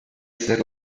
ser